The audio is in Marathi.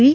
व्ही